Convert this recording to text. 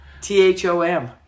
T-H-O-M